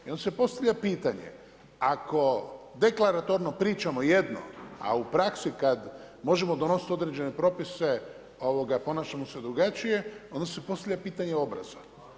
I onda se postavlja pitanje, ako deklaratorno pričamo jedno a u praksi kada možemo donositi određene propise ponašamo se drugačije onda se postavlja pitanje obraza.